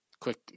Quick